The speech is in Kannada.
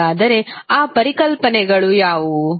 ಹಾಗಾದರೆ ಆ ಪರಿಕಲ್ಪನೆಗಳು ಯಾವುವು